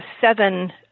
seven